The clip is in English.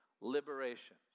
liberation